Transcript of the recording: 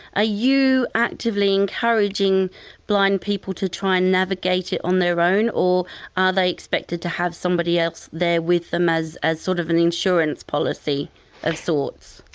ah you actively encouraging blind people to try and navigate it on their own or are they expected to have somebody else there with them as as sort of an insurance policy of sorts?